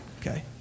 Okay